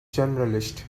journalist